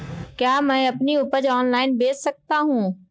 क्या मैं अपनी उपज ऑनलाइन बेच सकता हूँ?